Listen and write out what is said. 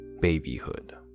Babyhood